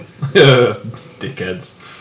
dickheads